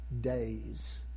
days